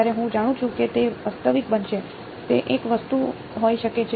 જ્યારે હું જાણું છું કે તે વાસ્તવિક બનશે તે એક વસ્તુ હોઈ શકે છે